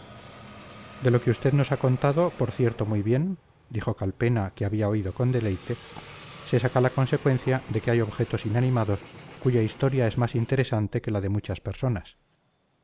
de lo que usted nos ha contado por cierto muy bien dijo calpena que había oído con deleite se saca la consecuencia de que hay objetos inanimados cuya historia es más interesante que la de muchas personas